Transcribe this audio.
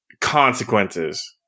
consequences